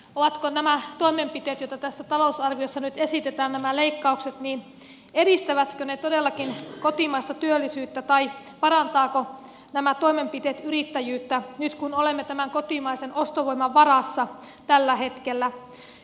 edistävätkö nämä toimenpiteet nämä leikkaukset joita tässä talousarviossa nyt esitetään nämä leikkaukset niin eristävätkö ne todellakin kotimaista työllisyyttä tai parantavatko nämä toimenpiteet yrittäjyyttä nyt kun olemme tämän kotimaisen ostovoiman varassa tällä hetkellä